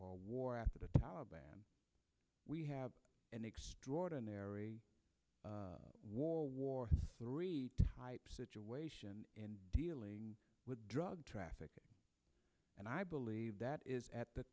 or war after the taliban we have an extraordinary war war type situation in dealing with drug trafficking and i believe that is at the